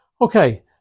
Okay